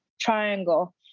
triangle